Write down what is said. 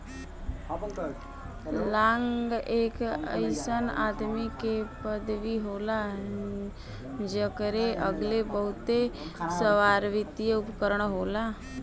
लांग एक अइसन आदमी के पदवी होला जकरे लग्गे बहुते सारावित्तिय उपकरण होला